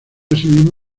asimismo